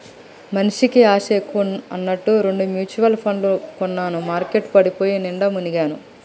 మనిషికి ఆశ ఎక్కువ అన్నట్టు రెండు మ్యుచువల్ పండ్లు కొన్నాను మార్కెట్ పడిపోయి నిండా మునిగాను